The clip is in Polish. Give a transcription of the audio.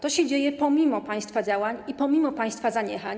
To się dzieje pomimo państwa działań i pomimo państwa zaniechań.